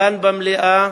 כאן במליאה,